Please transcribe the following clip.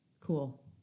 cool